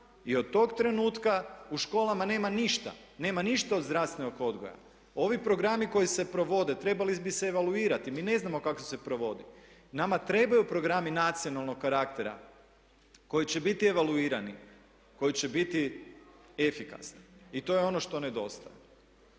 i od tog trenutka u školama nema ništa, nema ništa od zdravstvenog odgoja. Ovi programi koji se provode trebali bi se evaluirati, mi ne znamo kako se provode. Nama trebaju programi nacionalnog karaktera koji će biti evaluirani, koji će biti efikasni i to je ono što nedostaje.